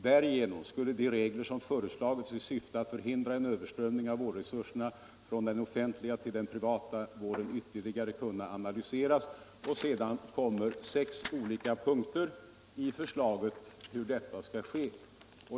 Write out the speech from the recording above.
—-—- Därigenom skulle de regler som föreslagits i syfte att förhindra en överströmning av vårdresurser från den offentliga till den privata vården ytterligare kunna analyseras.” I förslaget följer sedan sex olika punkter om hur detta skall ske.